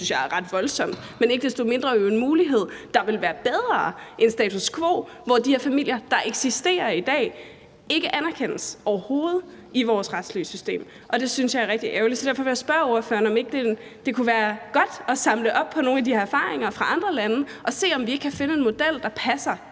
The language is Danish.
Det synes jeg er ret voldsomt, men det er jo ikke desto mindre en mulighed, der ville være bedre end status quo, hvor de her familier, der eksisterer i dag, ikke anerkendes overhovedet i vores retssystem – det synes jeg er rigtig ærgerligt. Så derfor vil jeg spørge ordføreren, om det ikke kunne være godt at samle op på nogle af de erfaringer fra andre lande og se, om vi ikke kan finde en model, der passer